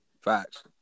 Facts